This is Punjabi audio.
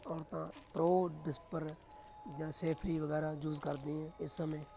ਔਰਤਾਂ ਪ੍ਰੋ ਵਿਸਪਰ ਜਾਂ ਸੇਅਫ੍ਰੀ ਵਗੈਰਾ ਯੂਜ਼ ਕਰਦੀਆਂ ਇਸ ਸਮੇਂ